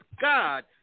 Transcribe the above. god